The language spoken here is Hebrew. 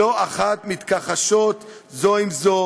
שלא אחת מתכתשות זו עם זו